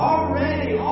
Already